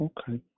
Okay